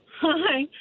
Hi